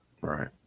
Right